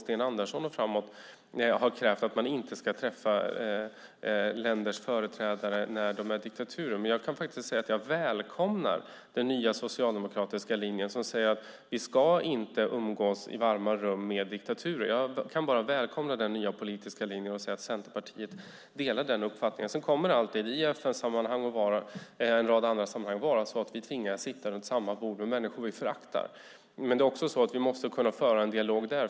Jag kan inte minnas någon som har krävt att man inte ska träffa länders företrädare när de är diktaturer. Men jag välkomnar den nya socialdemokratiska linjen som säger att man inte ska umgås i varma rum med diktaturer. Jag kan bara välkomna den nya politiska linjen. Centerpartiet delar den uppfattningen. Det kommer i FN-sammanhang och i en rad andra sammanhang att vara så att vi tvingas att sitta vid samma bord med människor vi föraktar. Men det är också så att vi måste kunna föra en dialog där.